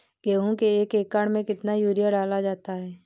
गेहूँ के एक एकड़ में कितना यूरिया डाला जाता है?